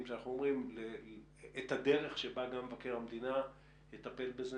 את הדרך בה גם מבקר המדינה יטפל בזה.